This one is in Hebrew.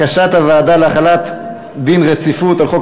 רצונה להחיל דין רציפות על הצעת חוק